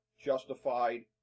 Justified